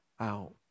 out